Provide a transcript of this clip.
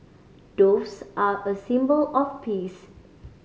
doves are a symbol of peace